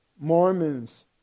Mormons